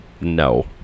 no